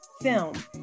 film